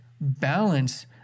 balance